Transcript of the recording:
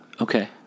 Okay